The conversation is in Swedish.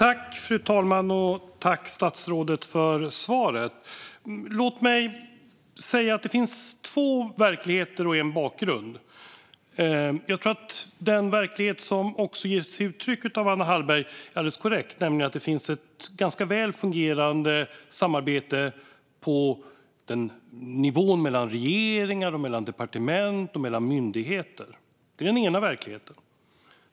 Fru talman! Tack, statsrådet, för svaret! Det finns två verkligheter och en bakgrund. Jag tror att den verklighet som också Anna Hallberg ger uttryck för är alldeles korrekt, nämligen att det finns ett ganska väl fungerande samarbete på nivån mellan regeringar, mellan departement och mellan myndigheter. Det är den ena verkligheten.